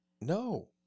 No